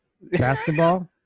basketball